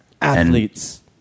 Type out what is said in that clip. athletes